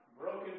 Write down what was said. broken